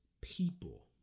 people